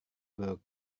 buruk